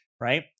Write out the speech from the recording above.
right